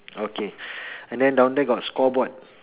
okay and then down there got scoreboard